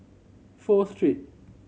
Pho Street